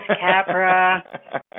Capra